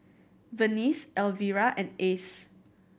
Venice Elvira and Ace